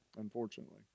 unfortunately